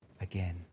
again